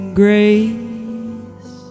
grace